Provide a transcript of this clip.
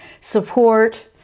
support